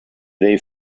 they